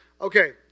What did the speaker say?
Okay